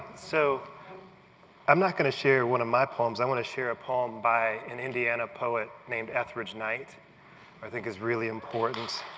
so i'm not going to share one of my poems. i want to share a poem by an indiana poet named etheridge knight that i think is really important.